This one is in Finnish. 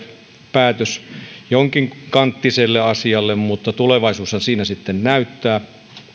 päätöksen jonkinkanttiselle mallille mutta tulevaisuushan siinä sitten näyttää